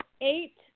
eight